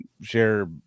share